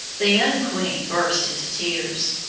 the young queen burst into tears.